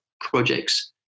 projects